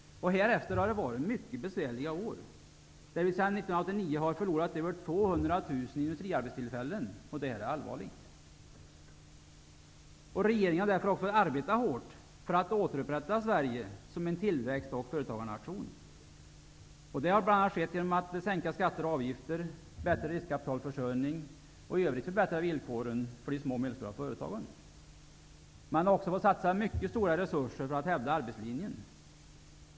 Härefter har det varit mycket besvärliga år; sedan 1989 har vi förlorat över 200 000 industriarbetstillfällen, och det är allvarligt. Regeringen har därför fått arbeta hårt för att återupprätta Sverige som en tillväxt och företagarnation. Det har bl.a. skett genom att man har sänkt skatter och avgifter och genom att man har åstadkommit bättre riskkapitalförsörjning och i övrigt förbättrar villkoren för de små och medelstora företagen. Man har också fått satsa mycket stora resurser för att hävda arbetslinjen.